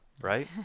right